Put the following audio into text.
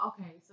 okay